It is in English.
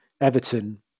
Everton